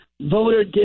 voter